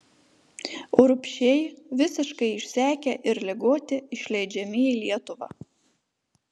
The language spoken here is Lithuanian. urbšiai visiškai išsekę ir ligoti išleidžiami į lietuvą